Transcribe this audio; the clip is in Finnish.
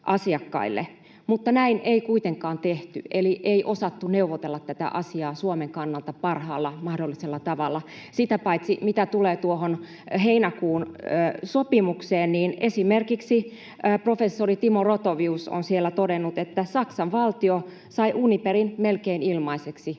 mutta näin ei kuitenkaan tehty, eli ei osattu neuvotella tätä asiaa Suomen kannalta parhaalla mahdollisella tavalla. Sitä paitsi mitä tulee tuohon heinäkuun sopimukseen, niin esimerkiksi professori Timo Rothovius on siellä todennut, että Saksan valtio sai Uniperin melkein ilmaiseksi,